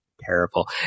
terrible